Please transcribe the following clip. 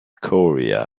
korea